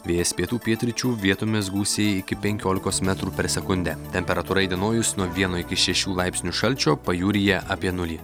vėjas pietų pietryčių vietomis gūsiai iki penkiolikos metrų per sekundę temperatūra įdienojus nuo vieno iki šešių laipsnių šalčio pajūryje apie nulį